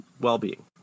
well-being